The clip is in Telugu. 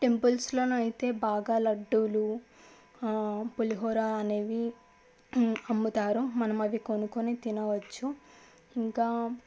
టెంపుల్స్లో అయితే బాగా లడ్లు పులిహోర అనేవి అమ్ముతారు మనం అవి కొనుకోని తినవచ్చు ఇంకా